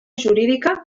jurídica